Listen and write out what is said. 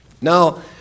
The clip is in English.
Now